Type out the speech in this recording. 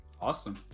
Awesome